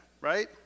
right